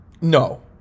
No